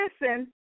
listen